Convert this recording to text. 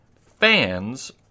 Fans